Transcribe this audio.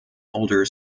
older